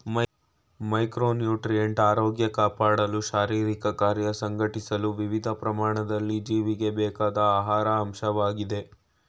micronutrient ಆರೋಗ್ಯ ಕಾಪಾಡಲು ಶಾರೀರಿಕಕಾರ್ಯ ಸಂಘಟಿಸಲು ವಿವಿಧ ಪ್ರಮಾಣದಲ್ಲಿ ಜೀವಿಗೆ ಬೇಕಾದ ಆಹಾರ ಅಂಶವಾಗಯ್ತೆ